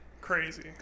Crazy